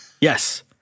Yes